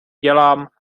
dělám